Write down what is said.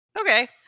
Okay